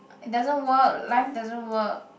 it doesn't work life doesn't work